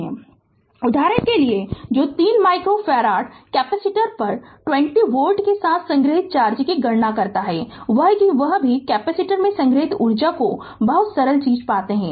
Refer Slide Time 2110 उदाहरण के लिए जो 3 माइक्रो फैराड कैपेसिटर पर 20 वोल्ट के साथ संग्रहीत चार्ज की गणना करता है वह भी कैपेसिटर में संग्रहीत ऊर्जा को बहुत सरल चीज पाते है